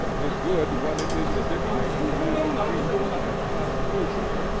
is good when it is the dictate of a man's genius and constitution,